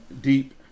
deep